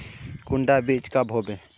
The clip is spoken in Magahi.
कुंडा बीज कब होबे?